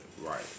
Right